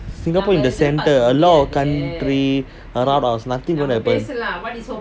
singapore in the center a lot of country a lot of nothing will happen